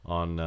on